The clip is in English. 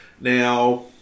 Now